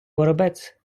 воробець